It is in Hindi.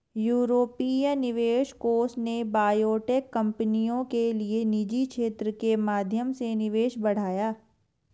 यूरोपीय निवेश कोष ने बायोटेक कंपनियों के लिए निजी क्षेत्र के माध्यम से निवेश बढ़ाया